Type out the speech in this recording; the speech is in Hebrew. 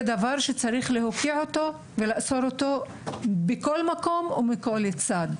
שצריך להוקיע ולאסור בכל מקום, מכל צד,